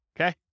okay